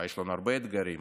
יש לנו הרבה אתגרים,